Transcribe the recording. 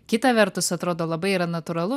kita vertus atrodo labai yra natūralu